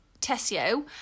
Tessio